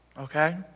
okay